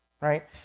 right